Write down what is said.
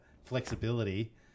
flexibility